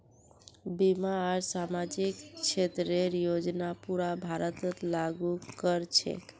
बीमा आर सामाजिक क्षेतरेर योजना पूरा भारतत लागू क र छेक